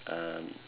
um